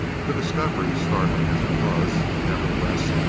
the discovery, startling as it was, nevertheless,